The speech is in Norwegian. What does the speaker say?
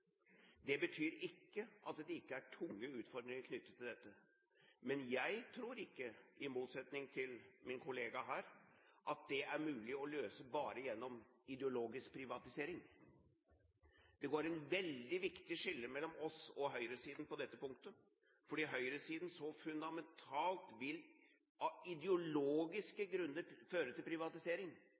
tunge utfordringer knyttet til dette, men jeg tror ikke – i motsetning til min kollega her – at det er mulig å løse bare gjennom ideologisk privatisering. Det går et veldig viktig skille mellom oss og høyresiden på dette punktet, fordi høyresiden så fundamentalt – av ideologiske grunner – vil føre til privatisering.